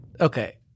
Okay